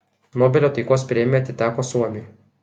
nobelio taikos premija atiteko suomiui